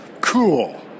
cool